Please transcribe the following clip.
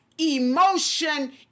emotion